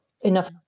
enough